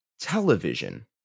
television